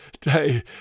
Day